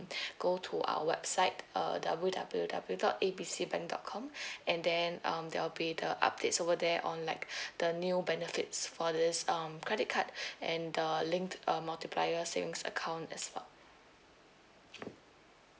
go to our website uh W_W_W dot A B C bank dot com and then um there'll be the updates over there on like the new benefits for this um credit card and the linked uh multiplier savings account as well